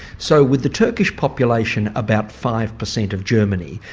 so with the turkish population about five per cent of germany,